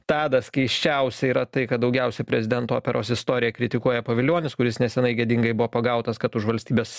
tadas keisčiausia yra tai kad daugiausiai prezidento operos istoriją kritikuoja pavilionis kuris nesenai gėdingai buvo pagautas kad už valstybės